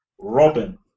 Robin